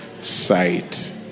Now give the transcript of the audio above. sight